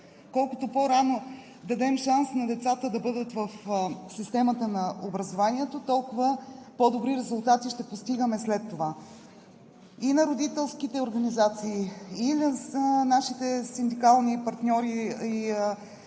колкото по-рано дадем шанс на децата да бъдат в системата на образованието, толкова по-добри резултати ще постигаме след това. И на родителските организации, и на нашите синдикални партньори, и